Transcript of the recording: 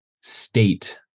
state